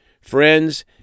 Friends